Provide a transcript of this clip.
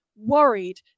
worried